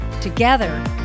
Together